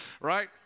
right